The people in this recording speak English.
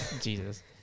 Jesus